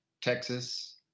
Texas